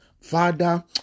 Father